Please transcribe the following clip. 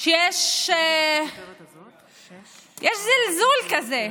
שיש זלזול כזה.